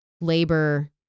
labor